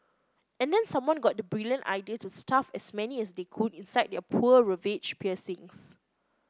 and then someone got the brilliant idea to stuff as many as they could inside their poor ravaged piercings